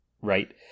right